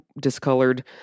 discolored